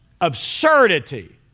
absurdity